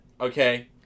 Okay